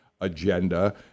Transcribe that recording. agenda